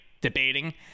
debating